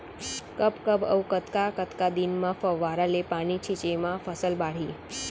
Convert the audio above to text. कब कब अऊ कतका कतका दिन म फव्वारा ले पानी छिंचे म फसल बाड़ही?